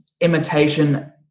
imitation